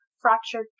fractured